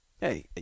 hey